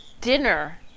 dinner